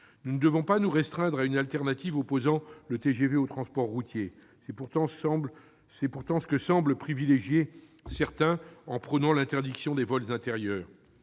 Nous ne devons pas nous restreindre à une alternative opposant le TGV au transport routier. C'est pourtant ce que semblent privilégier certains en prônant l'interdiction des vols intérieurs.